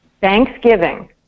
Thanksgiving